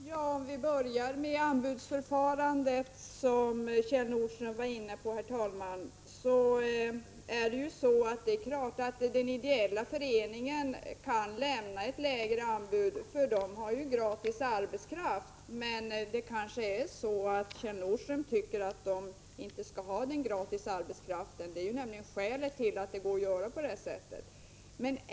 Herr talman! Kjell Nordström var inne på anbudsförfarandet. Det är klart att den ideella föreningen kan lämna ett lägre anbud eftersom den har gratis arbetskraft. Kjell Nordström kanske tycker att den inte skall ha gratis arbetskraft. Det är ju skälet till att det går att göra på det här sättet.